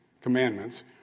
commandments